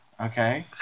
Okay